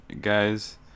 guys